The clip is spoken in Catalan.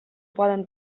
poden